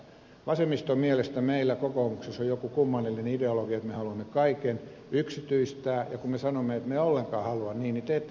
vasemmiston mielestä meillä kokoomuksessa on joku kummallinen ideologia että me haluamme kaiken yksityistää ja kun me sanomme että me emme ollenkaan halua niin niin te ette usko sitä